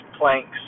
planks